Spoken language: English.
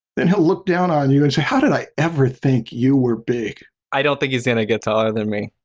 then he'll look down on you and say how did i ever think you were big. stan i don't think he's gonna get taller than me.